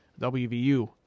WVU